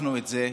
והוכחנו את זה.